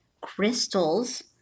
Crystal's